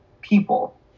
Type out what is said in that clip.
people